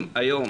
אם היום